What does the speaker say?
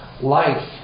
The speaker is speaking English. life